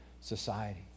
society